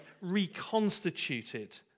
reconstituted